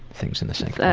things in the sink.